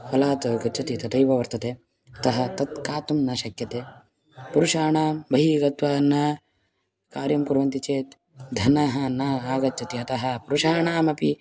फलात् गच्छति तथैव वर्तते अतः तत् खादितुं न शक्यते पुरुषाः बहिः गत्वा न कार्यं कुर्वन्ति चेत् धनं न आगच्छति अतः पुरुषाणामपि